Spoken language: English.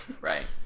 Right